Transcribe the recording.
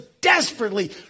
desperately